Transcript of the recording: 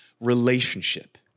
relationship